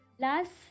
Last